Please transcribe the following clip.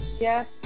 Yes